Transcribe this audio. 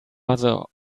mother